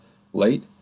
late,